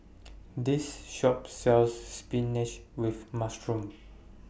This Shop sells Spinach with Mushroom